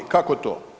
Kako to?